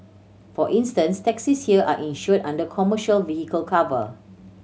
for instance taxis here are insured under commercial vehicle cover